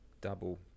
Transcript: Double